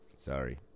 Sorry